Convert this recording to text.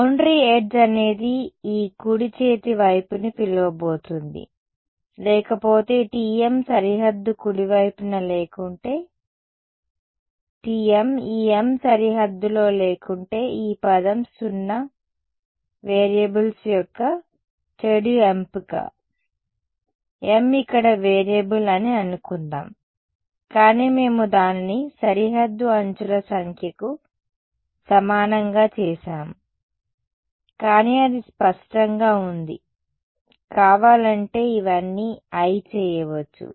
boundary edge అనేది ఈ కుడి చేతి వైపుని పిలవబోతుంది లేకపోతే Tm సరిహద్దు కుడివైపున లేకుంటే T m ఈ m సరిహద్దులో లేకుంటే ఈ పదం 0 వేరియబుల్స్ యొక్క చెడు ఎంపిక m ఇక్కడ వేరియబుల్ అని అనుకుందాం కానీ మేము దానిని సరిహద్దు అంచుల సంఖ్యకు సమానంగా చేసాము కానీ ఇది స్పష్టంగా ఉంది కావాలంటే ఇవన్నీ i చేయవచ్చు